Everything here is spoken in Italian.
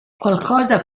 qualcosa